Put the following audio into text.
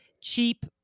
cheap